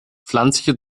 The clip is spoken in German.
pflanzliche